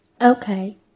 Okay